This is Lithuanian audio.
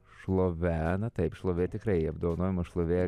šlove na taip šlovė tikrai apdovanojimas šlove